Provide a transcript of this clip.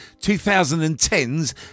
2010s